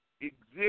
exist